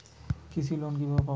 কৃষি লোন কিভাবে পাব?